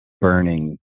burning